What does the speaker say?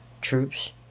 troops